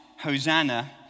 Hosanna